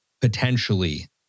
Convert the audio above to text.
potentially